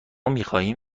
میخواهیم